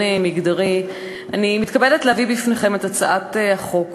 מגדרי אני מתכבדת להביא בפניכם את הצעת חוק